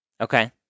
Okay